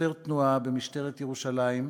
שוטר תנועה במשטרת ירושלים,